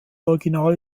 original